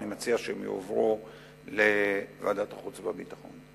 אני מציע להעביר את ההצעות לוועדת החוץ והביטחון.